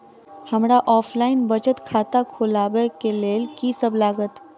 हमरा ऑफलाइन बचत खाता खोलाबै केँ लेल की सब लागत?